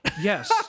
yes